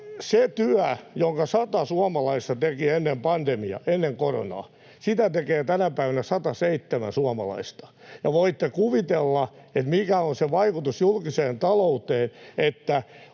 Sitä työtä, jonka sata suomalaista teki ennen koronaa, tekee tänä päivänä 107 suomalaista, ja voitte kuvitella, mikä on se vaikutus julkiseen talouteen,